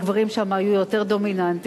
והגברים שם היו יותר דומיננטיים.